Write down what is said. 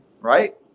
Right